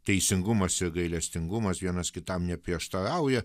teisingumas ir gailestingumas vienas kitam neprieštarauja